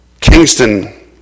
Kingston